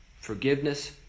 Forgiveness